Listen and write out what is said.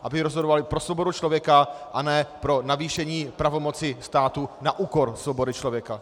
Aby rozhodovali pro svobodu člověka, a ne pro navýšení pravomoci státu na úkor svobody člověka.